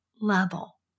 level